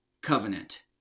covenant